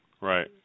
Right